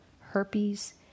herpes